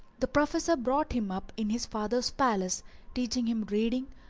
the professor brought him up in his father's palace teaching him reading,